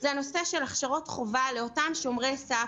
וזה הנושא של הכשרות חובה לאותם שומרי סף,